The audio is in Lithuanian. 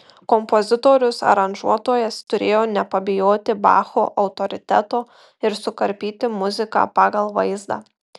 kompozitorius aranžuotojas turėjo nepabijoti bacho autoriteto ir sukarpyti muziką pagal vaizdą